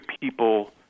people